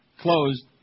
Closed